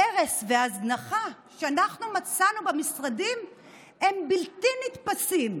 ההרס וההזנחה שמצאנו במשרדים הם בלתי נתפסים.